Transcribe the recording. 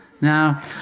Now